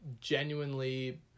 genuinely